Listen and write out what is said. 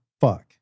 fuck